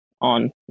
on